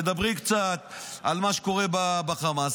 תדברי קצת על מה שקורה בחמאס,